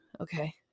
Okay